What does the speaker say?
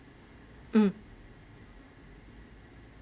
mm